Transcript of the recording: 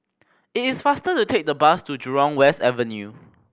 it is faster to take the bus to Jurong West Avenue